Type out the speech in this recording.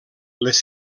les